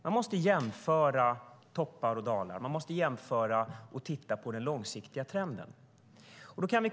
Man måste jämföra toppar och dalar och titta på den långsiktiga trenden.